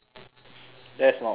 that's not weird